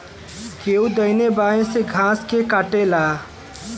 केहू दहिने बाए से घास के काटेला